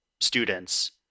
students